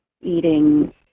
eating